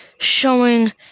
showing